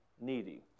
needy